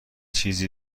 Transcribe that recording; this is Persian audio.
چیزی